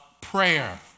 prayer